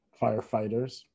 firefighters